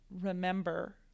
remember